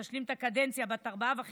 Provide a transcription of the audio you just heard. תשלים את הקדנציה בת ארבע שנים וחצי,